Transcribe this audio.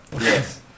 Yes